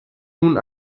nun